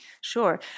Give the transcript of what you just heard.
Sure